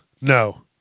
No